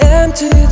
empty